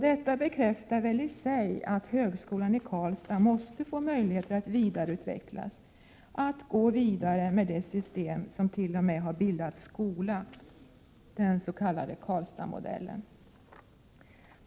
Detta bekräftar väl i sig att högskolan i Karlstad måste få möjlighet att vidareutvecklas, att gå vidare med det system som t.o.m. har bildat skola, den s.k. Karlstadmodellen.